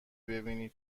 ببینی